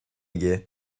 aige